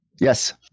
Yes